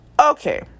okay